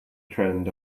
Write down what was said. trend